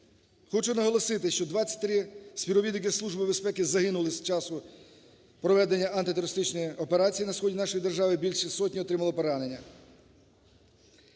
Хочу наголосити, що 23 співробітники Служби безпеки загинули з часу проведення антитерористичної операції на сході нашої держави, більше сотні отримало поранення.